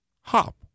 hop